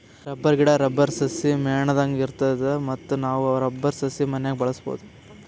rubber ಗಿಡಾ, rubber ಸಸಿ ಮೇಣದಂಗ್ ಇರ್ತದ ಮತ್ತ್ ನಾವ್ ರಬ್ಬರ್ ಸಸಿ ಮನ್ಯಾಗ್ ಬೆಳ್ಸಬಹುದ್